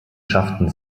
schafften